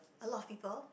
a lot of people